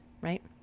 right